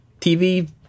TV